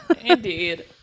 indeed